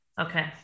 Okay